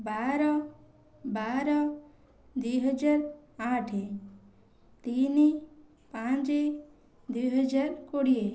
ବାର ବାର ଦୁଇହଜାର ଆଠ ତିନି ପାଞ୍ଚେ ଦୁଇହଜାର କୋଡ଼ିଏ